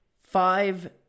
five